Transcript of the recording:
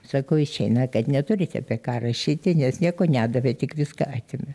sakau išeina kad neturit apie ką rašyti nes nieko nedavė tik viską atėmė